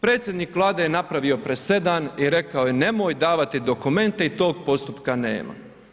Predsjednik Vlade je napravio presedan i rekao je nemoj davati dokumente i tog postupka nema.